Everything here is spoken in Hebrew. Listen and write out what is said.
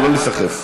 לא להיסחף.